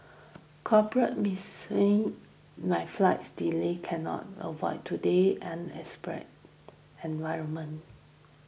corporate like flight delay cannot avoided today and express environment